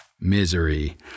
misery